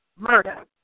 Murder